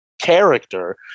character